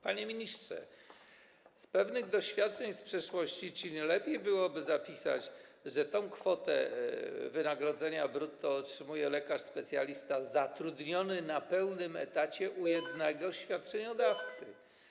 Panie ministrze, korzystając z pewnych doświadczeń z przeszłości, czy nie lepiej byłoby zapisać, że tę kwotę wynagrodzenia brutto otrzymuje lekarz specjalista zatrudniony na pełnym etacie u jednego świadczeniodawcy.